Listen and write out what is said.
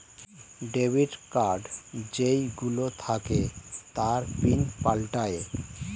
debit card যেই গুলো থাকে তার পিন পাল্টায়ে